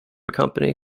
company